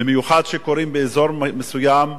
במיוחד אלה שקורים באזור מסוים,